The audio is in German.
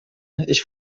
ich